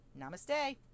namaste